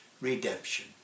redemption